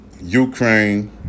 Ukraine